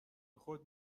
خود